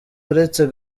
uretse